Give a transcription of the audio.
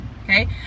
okay